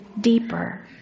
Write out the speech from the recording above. deeper